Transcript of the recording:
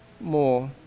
more